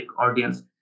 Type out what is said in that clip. audience